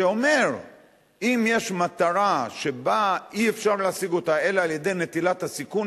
שאומר שאם יש מטרה שאי-אפשר להשיג אותה אלא על-ידי נטילת הסיכון,